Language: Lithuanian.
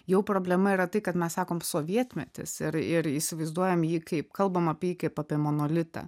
jau problema yra tai kad mes sakom sovietmetis ir ir įsivaizduojam jį kaip kalbam apie jį kaip apie monolitą